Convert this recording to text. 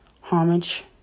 homage